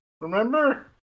Remember